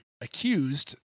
accused